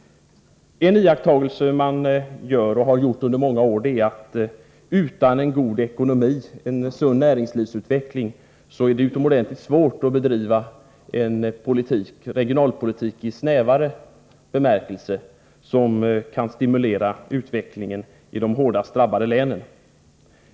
En iakttagelse som man gör — och har gjort under många år — är att utan en god ekonomi, en sund näringslivsutveckling, är det utomordentligt svårt att bedriva en regionalpolitik i snävare bemärkelse, som kan stimulera utvecklingen i de hårdast drabbade länen.